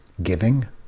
Giving